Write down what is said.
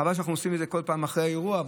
חבל שאנחנו עושים את זה כל פעם אחרי אירוע,